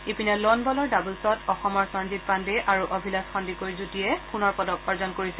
ইপিনে ল'ন বলৰ ডাবলছত অসমৰ সঞ্জীঅ' পাণ্ডে আৰু অভিলাষ সন্দিকৈৰ যুটীয়ে সোণৰ পদক অৰ্জন কৰিছে